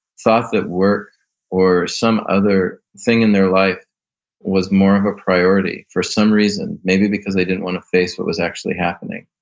thought that work or some other thing in their life was more of a priority for some reason, maybe because they didn't want to face what was actually happening.